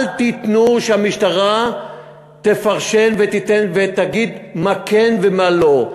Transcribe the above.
אל תיתנו שהמשטרה תפרשן ותיתן ותגיד מה כן ומה לא.